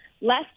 less